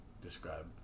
describe